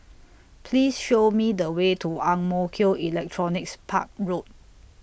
Please Show Me The Way to Ang Mo Kio Electronics Park Road